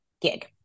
gig